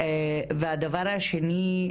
והדבר השני,